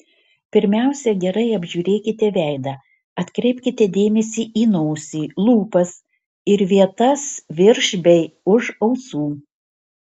pirmiausia gerai apžiūrėkite veidą atkreipkite dėmesį į nosį lūpas ir vietas virš bei už ausų